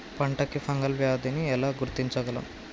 పంట కి ఫంగల్ వ్యాధి ని ఎలా గుర్తించగలం?